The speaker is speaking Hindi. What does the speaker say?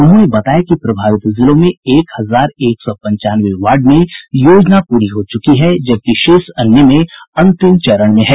उन्होंने बताया कि प्रभावित जिलों के एक हजार एक सौ पंचानवे वार्ड में योजना पूरी हो चुकी है जबकि शेष अन्य में अंतिम चरण में हैं